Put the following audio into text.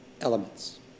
elements